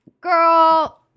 girl